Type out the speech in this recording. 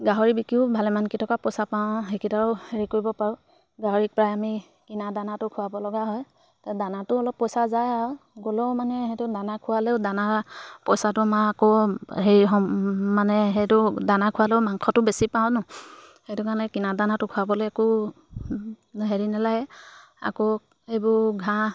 গাহৰি বিকিও ভালেমানকেইটকা পইচা পাওঁ সেইকেইটাও হেৰি কৰিব পাৰোঁ গাহৰিক প্ৰায় আমি কিনা দানাটো খোৱাব লগা হয় দানাটো অলপ পইচা যায় আৰু গ'লেও মানে সেইটো দানা খোৱালেও দানা পইচাটো আমাৰ আকৌ হেৰি মানে সেইটো দানা খোৱালেও মাংসটো বেছি পাওঁ ন সেইটো কাৰণে কিনা দানাটো খোৱাবলৈ আকৌ হেৰি নালাগে আকৌ এইবোৰ ঘাঁহ